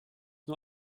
nur